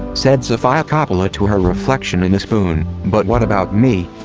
said sofia coppola to her reflection in a spoon, but what about me.